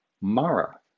Mara